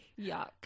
Yuck